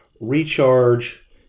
Recharge